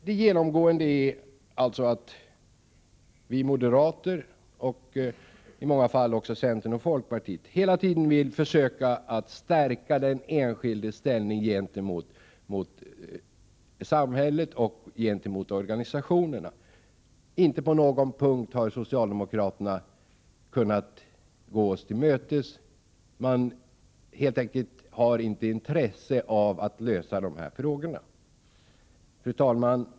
Det genomgående är att vi moderater — i många fall också centern och folkpartiet — hela tiden vill försöka stärka den enskildes ställning gentemot samhället och gentemot organisationerna. Inte på någon punkt har socialdemokraterna kunnat gå oss till mötes — man har helt enkelt inte intresse av att lösa de här frågorna. Fru talman!